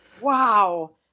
Wow